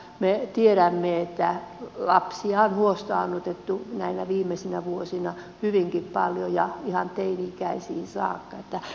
me tiedämme että lapsia on huostaanotettu näinä viimeisinä vuosina hyvinkin paljon ja ihan teini ikäisiin saakka